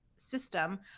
System